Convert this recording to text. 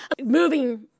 moving